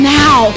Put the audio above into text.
now